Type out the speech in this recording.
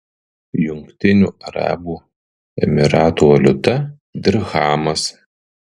jungtinių arabų emyratų valiuta dirchamas